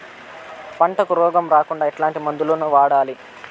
పంటకు రోగం రాకుండా ఎట్లాంటి మందులు వాడాలి?